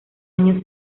año